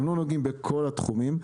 הם לא נוגעים בכל התחומים,